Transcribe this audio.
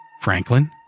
Franklin